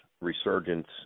resurgence